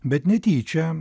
bet netyčia